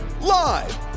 Live